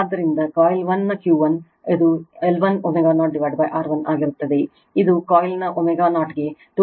ಆದ್ದರಿಂದ coil1 ನ Q1 ಇದು L1 ω0 R 1 ಆಗಿರುತ್ತದೆ ಇದು coiLನ ω0 ಗೆ 2